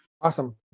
Awesome